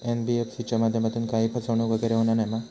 NBFC च्या माध्यमातून काही फसवणूक वगैरे होना नाय मा?